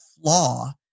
flaw